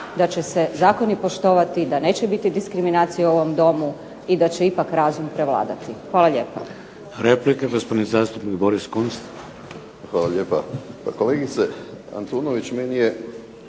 da će zakoni poštovati, da neće biti diskriminacije u ovom Domu i da će ipak razum prevladati. Hvala lijepa. **Šeks, Vladimir (HDZ)** Replike gospodin zastupnik Boris Kunst. **Kunst, Boris (HDZ)** Pa kolegice Antunović, meni je